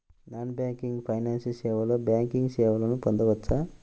Non banking financial సేవలో banking సేవలను పొందవచ్చా?